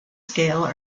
scale